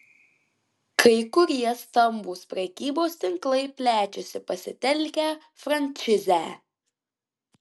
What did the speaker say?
kai kurie stambūs prekybos tinklai plečiasi pasitelkę frančizę